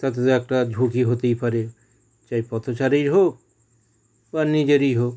তাতে তো একটা ঝুঁকি হতেই পারে যে পথচারীই হোক বা নিজেরই হোক